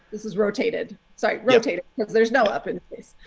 this is rotated. sorry rotated because there's no up in space.